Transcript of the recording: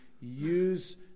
use